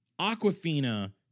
Aquafina